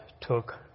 took